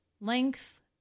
length